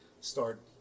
start